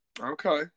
Okay